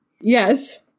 Yes